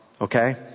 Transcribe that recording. Okay